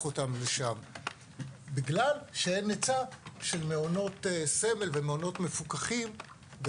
אותם לשם בגלל שאין היצע של מעונות סמל ומעונות מפוקחים.